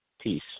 Peace